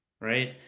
right